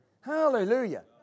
Hallelujah